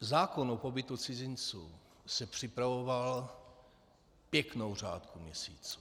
Zákon o pobytu cizinců se připravoval pěknou řádku měsíců.